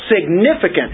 significant